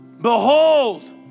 Behold